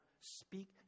speak